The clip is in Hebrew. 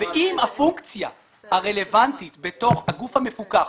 אם הפונקציה הרלוונטית בתוך הגוף המפוקח,